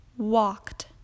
Walked